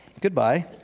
Goodbye